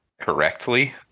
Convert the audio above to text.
correctly